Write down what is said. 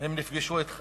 הם נפגשו אתך